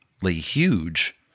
huge